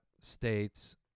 states